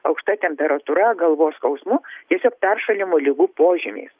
aukšta temperatūra galvos skausmu tiesiog peršalimo ligų požymiais